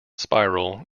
spiral